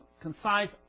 Concise